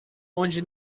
onde